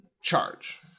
charge